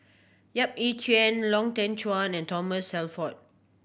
Yap Ee Chian Lau Teng Chuan and Thomas Shelford